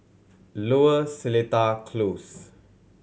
Lower Seletar Close